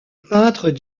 peintre